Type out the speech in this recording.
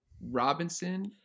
Robinson